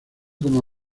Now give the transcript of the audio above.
como